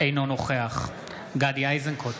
אינו נוכח גדי איזנקוט,